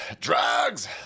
Drugs